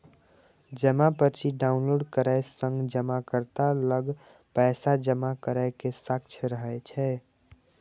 जमा पर्ची डॉउनलोड करै सं जमाकर्ता लग पैसा जमा करै के साक्ष्य रहै छै